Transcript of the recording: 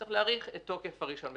צריך להאריך את תוקף הרישיון,